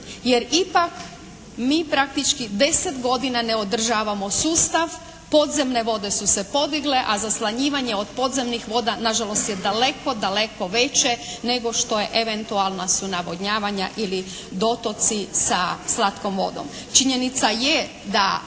Jer ipak mi praktički 10 godina ne održavamo sustav. Podzemne vode su se podigle, a zaslanjivanje od podzemnih voda nažalost je daleko, daleko veće nego što je eventualna su navodnjavanja ili dotoci sa slatkom vodom. Činjenica je da